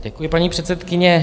Děkuji, paní předsedkyně.